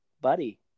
Buddy